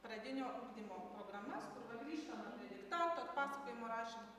pradinio ugdymo programas kur va grįžtama prie diktanto atpasakojimo rašymo